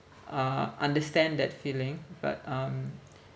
uh understand that feeling but um